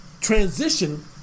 transition